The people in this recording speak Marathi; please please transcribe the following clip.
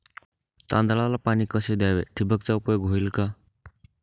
तांदळाला पाणी कसे द्यावे? ठिबकचा उपयोग होईल का?